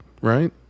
right